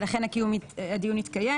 ולכן הדיון התקיים,